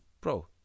bro